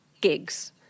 gigs